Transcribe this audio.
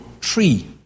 tree